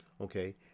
Okay